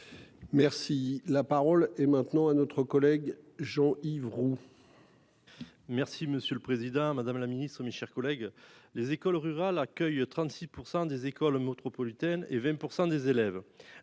Merci la parole est maintenant à notre collègue Jean-Yves Roux. Merci, monsieur le Président Madame la Ministre, mes chers collègues. Les écoles rurales accueil 36% des écoles métropolitaine et 20% des élèves.